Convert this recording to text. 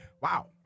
Wow